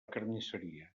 carnisseria